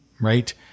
right